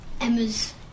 Emma's